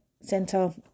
center